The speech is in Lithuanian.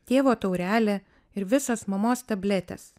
tėvo taurelė ir visos mamos tabletės